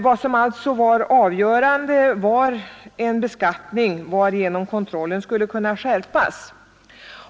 Vad som måste vara avgörande var en beskattning, varigenom kontrollen skulle kunna skärpas.